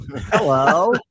Hello